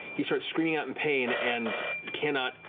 he starts screaming out in pain and cannot,